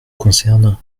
concerne